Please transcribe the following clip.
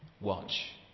watch